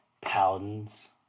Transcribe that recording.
Pounds